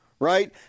Right